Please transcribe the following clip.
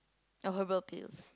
oh herbal pills